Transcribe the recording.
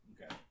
Okay